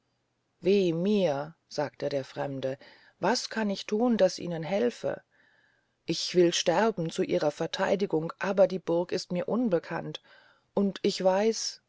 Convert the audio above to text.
weh mir sagte der fremde was kann ich thun das ihnen helfe ich will sterben zu ihrer vertheidigung aber die burg ist mir unbekannt und ich weiß